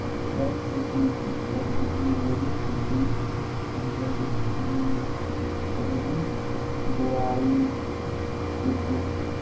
बदकिस्मती कन्नै मेरी बुकिंग संदर्भ गिनतरी गोआई दित्ती